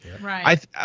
Right